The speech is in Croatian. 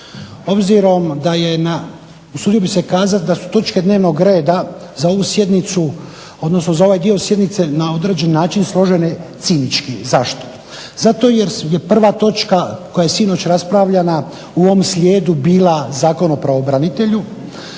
obzirom da je na, usudio bih se kazati da su točke dnevnog reda za ovu sjednicu, odnosno za ovaj dio sjednice na određeni način složene cinički. Zašto? Zato jer je prva točka koja je sinoć raspravljana u ovom slijedu bila Zakon o pravobraniteljstvu